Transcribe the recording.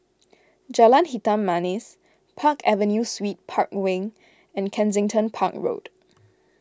Jalan Hitam Manis Park Avenue Suites Park Wing and Kensington Park Road